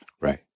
Right